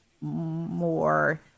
more